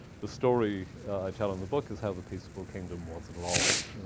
the story i tell in the book is how the peaceable kingdom was lost.